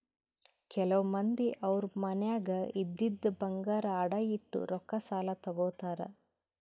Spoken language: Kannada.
ಕೆಲವ್ ಮಂದಿ ಅವ್ರ್ ಮನ್ಯಾಗ್ ಇದ್ದಿದ್ ಬಂಗಾರ್ ಅಡ ಇಟ್ಟು ರೊಕ್ಕಾ ಸಾಲ ತಗೋತಾರ್